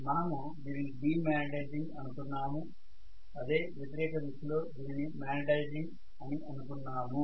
మనము దీనిని demagnetising అనుకున్నాము అదే వ్యతిరేక దిశలో దీనిని మాగ్నెటైజింగ్ అని అనుకున్నాము